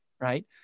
right